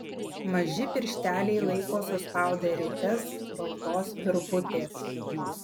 maži piršteliai laiko suspaudę rites baltos virvutės